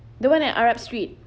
the one at arab street